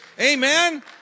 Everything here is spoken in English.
Amen